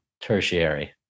tertiary